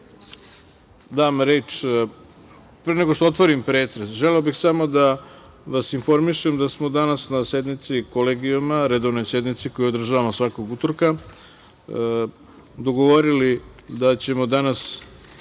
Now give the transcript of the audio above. poslanika. Pre nego što otvorim pretres, želeo bih samo da vas informišem da smo danas na sednici Kolegijuma, redovnoj sednici koju održavamo svakog utorka, dogovorili da ćemo danas